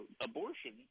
abortion